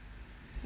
oh ya